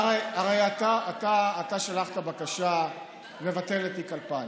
הרי אתה שלחת בקשה לבטל את תיק 2000,